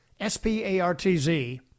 SPARTZ